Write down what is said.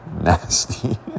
nasty